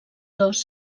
dos